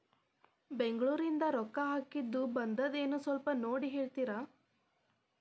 ಬೆಂಗ್ಳೂರಿಂದ ರೊಕ್ಕ ಹಾಕ್ಕಿದ್ದು ಬಂದದೇನೊ ಸ್ವಲ್ಪ ನೋಡಿ ಹೇಳ್ತೇರ?